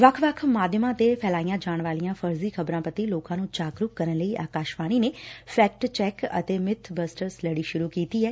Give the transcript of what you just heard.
ਵੱਖ ਵੱਖ ਮਾਧਿਅਮਾਂ ਤੇ ਫੈਲਾਈਆਂ ਜਾਣ ਵਾਲੀਆਂ ਫਰਜ਼ੀ ਖ਼ਬਰਾਂ ਪੂਤੀ ਲੋਕਾਂ ਨੂੰ ਜਾਗਰੁਕ ਕਰਨ ਲਈ ਆਕਾਸ਼ਵਾਣੀ ਨੇ ਫੇਕਟ ਚੈਕ ਅਤੇ ਮਿਥ ਬਸਟਰਜ ਲੜੀ ਸੁਰੂ ਕੀਡੀ ਐ